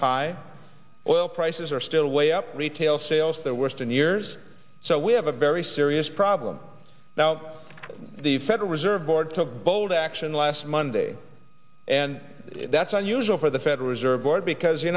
high oil prices are still way up retail sales the worst in years so we have a very serious problem now the federal reserve board took bold action last monday and that's unusual for the federal reserve board because you